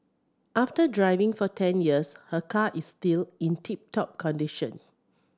after driving for ten years her car is still in tip top condition